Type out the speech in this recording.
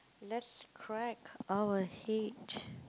let's crack our head